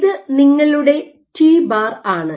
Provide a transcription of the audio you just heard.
ഇത് നിങ്ങളുടെ t̅ ആണ്